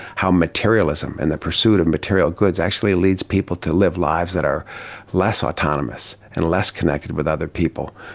how materialism and the pursuit of material goods actually leads people to live lives that are less autonomous and less connected with other people.